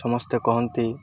ସମସ୍ତେ କହନ୍ତି